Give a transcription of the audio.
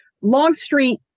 Longstreet